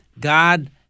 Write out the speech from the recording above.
God